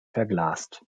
verglast